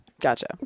Gotcha